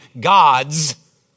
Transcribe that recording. gods